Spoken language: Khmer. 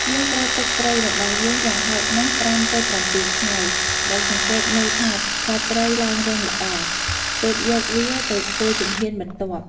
យើងត្រូវទុកត្រីរបស់យើងយ៉ាងហោចណាស់ ៥ទៅ ៧ថ្ងៃ ដោយសង្កេតមើលថា សាច់ត្រីឡើងរឹងល្អ ទើបយកវាទៅធ្វើជំហានបន្ទាប់។